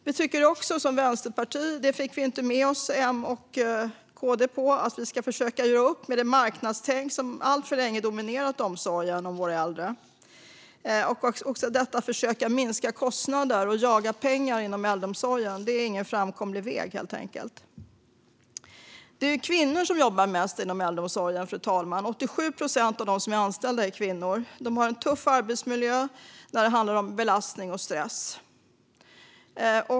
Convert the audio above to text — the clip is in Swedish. Vänsterpartiet tycker också - det fick vi inte med oss M och KD på - att vi ska försöka göra upp med det marknadstänk som alltför länge har dominerat omsorgen om våra äldre. Att försöka minska kostnader och jaga pengar inom äldreomsorgen är helt enkelt ingen framkomlig väg. Det är mest kvinnor som jobbar inom äldreomsorgen, fru talman. 87 procent av dem som är anställda är kvinnor. De har en tuff arbetsmiljö när det handlar om belastning och stress.